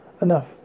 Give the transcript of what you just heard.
enough